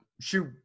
shoot